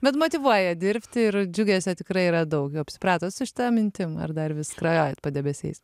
bet motyvuoja dirbti ir džiugesio tikrai yra daug jau apsipratot su šita mintim ar dar vis skrajojat padebesiais